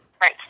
Right